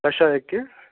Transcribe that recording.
ಕಷಾಯಕ್ಕೆ